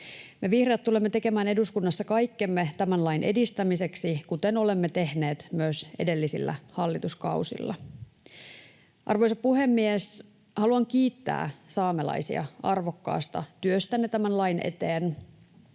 Me vihreät tulemme tekemään eduskunnassa kaikkemme tämän lain edistämiseksi, kuten olemme tehneet myös edellisillä hallituskausilla. Arvoisa puhemies! Haluan kiittää saamelaisia arvokkaasta työstänne tämän lain eteen.